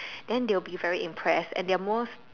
then they will be very impress and their most